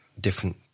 different